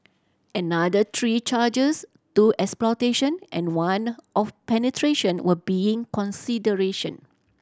another three charges two exploitation and one of penetration were being consideration